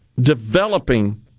developing